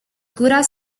curas